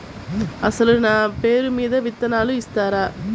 అసలు నా పేరు మీద విత్తనాలు ఇస్తారా?